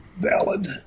valid